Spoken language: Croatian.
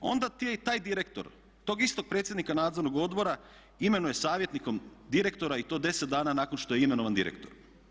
Onda taj direktor tog istog predsjednika nadzornog odbora imenuje savjetnikom direktora i to 10 dana nakon što je imenovan direktor.